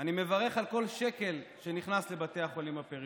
אני מברך על כל שקל שנכנס לבתי החולים בפריפריה.